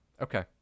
okay